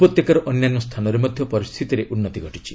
ଉପତ୍ୟକାର ଅନ୍ୟାନ୍ୟ ସ୍ଥାନରେ ମଧ୍ୟ ପରିସ୍ଥିତିରେ ଉନ୍ନତି ଘଟିଛି